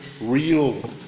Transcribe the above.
real